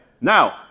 Now